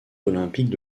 olympiques